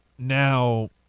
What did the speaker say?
Now